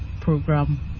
program